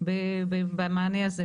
במענה הזה.